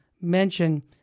mention